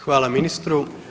Hvala ministru.